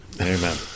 Amen